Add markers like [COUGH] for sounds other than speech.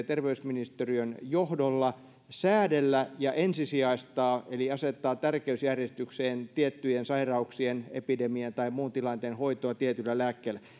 [UNINTELLIGIBLE] terveysministeriön johdolla säädellä ja ensisijaistaa eli asettaa tärkeysjärjestykseen tiettyjen sairauksien epidemian tai muun tilanteen hoitoa tietyillä lääkkeillä